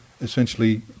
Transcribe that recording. essentially